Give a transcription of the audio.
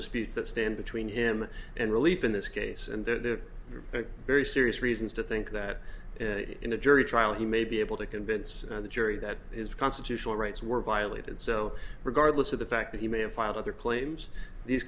disputes that stand between him and relief in this case and the very serious reasons to think that in a jury trial he may be able to convince the jury that his constitutional rights were violated so regardless of the fact that he may have filed other claims these